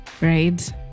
Right